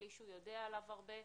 מבלי שהוא יודע עליו הרבה.